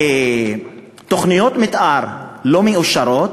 ותוכניות מתאר לא מאושרות,